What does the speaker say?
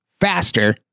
faster